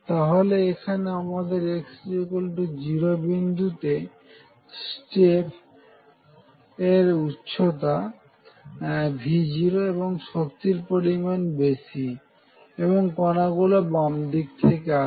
তাহলে এখানে আমাদের x0 বিন্দুতে স্টেপের উচ্চতা V0 এবং শক্তির পরিমাণ বেশি এবং কণাগুলি বাম দিক থেকে আসছে